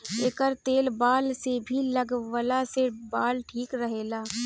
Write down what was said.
एकर तेल बाल में भी लगवला से बाल ठीक रहेला